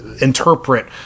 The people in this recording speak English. interpret